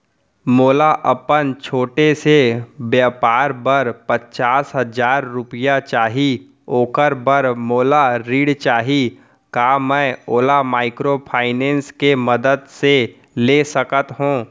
मोला अपन छोटे से व्यापार बर पचास हजार रुपिया चाही ओखर बर मोला ऋण चाही का मैं ओला माइक्रोफाइनेंस के मदद से ले सकत हो?